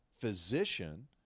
physician